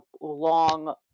long